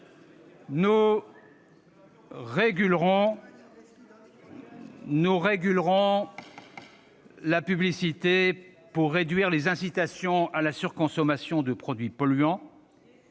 Nous régulerons la publicité pour réduire les incitations à la surconsommation de produits polluants.